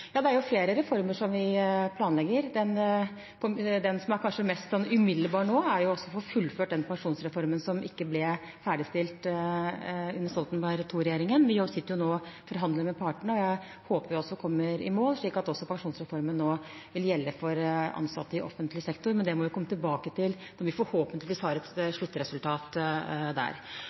Ja, vi planlegger flere reformer. Det kanskje mest umiddelbare nå er å få fullført den pensjonsreformen som ikke ble ferdigstilt under Stoltenberg II-regjeringen. Vi sitter nå og forhandler med partene, og jeg håper vi kommer i mål, slik at pensjonsreformen også vil gjelde for ansatte i offentlig sektor. Men det må vi komme tilbake til når vi forhåpentligvis har et sluttresultat der.